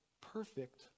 perfect